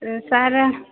sir